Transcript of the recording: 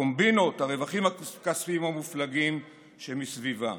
הקומבינות, הרווחים הכספיים המופלגים שמסביבה.